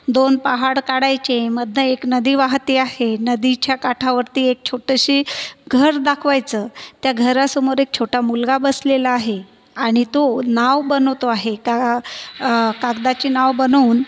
दोन पहाड काढायचे मधून एक नदी वाहते आहे नदीच्या काठावरती एक छोटंसं घर दाखवायचं त्या घरासमोर एक छोटा मुलगा बसलेला आहे आणि तो नाव बनवतो आहे त्या कागदाची नाव बनवून